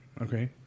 Okay